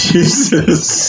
Jesus